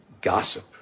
gossip